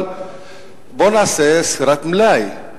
אבל בוא נעשה ספירת מלאי.